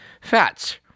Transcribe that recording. Fats